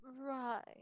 Right